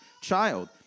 child